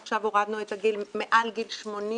עכשיו הורדנו את הגיל, מעל גיל 80,